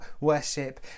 worship